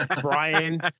brian